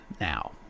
now